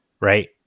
Right